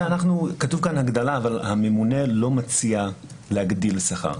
כתוב כאן הגדלה אבל הממונה לא מציע להגדיל שכר.